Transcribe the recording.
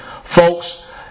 Folks